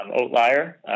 outlier